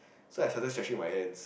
so I started stretching my hands